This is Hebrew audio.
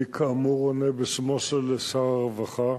אני כאמור עונה בשמו של שר הרווחה.